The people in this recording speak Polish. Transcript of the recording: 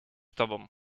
tobą